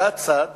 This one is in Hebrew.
היה צד